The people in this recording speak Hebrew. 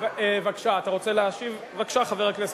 איך אתה לא שלם עם ההחלטה.